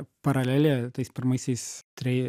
paralelė tais pirmaisiais trei